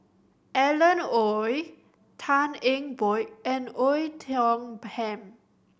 Alan Oei Tan Eng Bock and Oei Tiong Ham